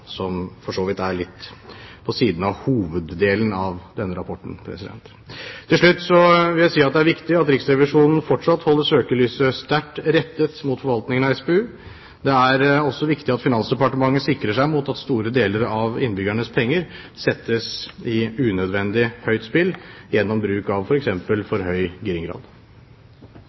som for så vidt er litt på siden av hoveddelen av denne rapporten. Til slutt vil jeg si at det er viktig at Riksrevisjonen fortsatt holder søkelyset sterkt rettet mot forvaltningen av SPU. Det er også viktig at Finansdepartementet sikrer seg mot at store deler av innbyggernes penger settes i unødvendig høyt spill, gjennom bruk av f.eks. for høy